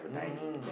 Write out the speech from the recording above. mmhmm